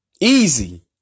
Easy